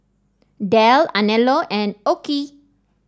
Dell Anello and OKI